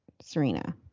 Serena